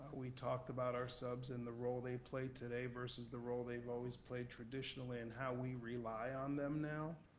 we talked about our subs and the role they play today versus the role they've always played traditionally and how we rely on them now.